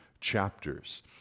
chapters